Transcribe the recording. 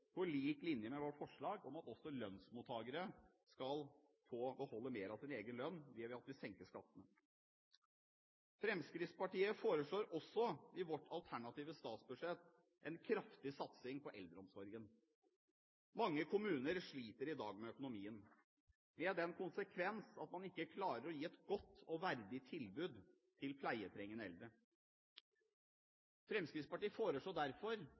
på lik linje med vårt forslag om at også lønnsmottakere neste år skal få beholde mer av sin egen lønn ved at vi senker skattene. Fremskrittspartiet foreslår også i vårt alternative statsbudsjett en kraftig satsing på eldreomsorgen. Mange kommuner sliter i dag med økonomien med den konsekvens at man ikke klarer å gi et godt og verdig tilbud til pleietrengende eldre. Vi foreslår derfor